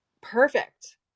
perfect